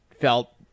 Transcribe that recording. felt